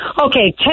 Okay